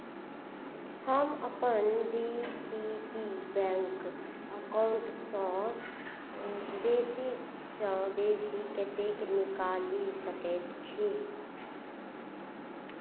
हम अपन D C B bank अकाउंटसँ बेसीसँ बेसी कतेक निकालि सकैत छी